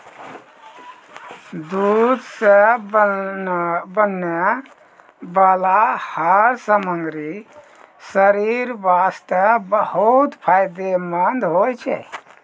दूध सॅ बनै वाला हर सामग्री शरीर वास्तॅ बहुत फायदेमंंद होय छै